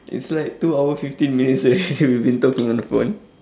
it's like two hour fifteen minutes already we've been talking on the phone